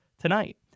tonight